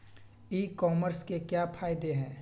ई commerce के क्या फायदे हैं?